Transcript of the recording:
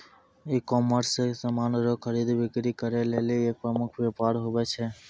ecommerce समान रो खरीद बिक्री करै लेली एक प्रमुख वेपार हुवै छै